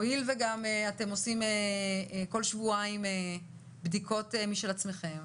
הואיל ואתם עושים בכל שבועיים בדיקות משל עצמכם,